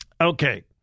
Okay